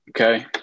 Okay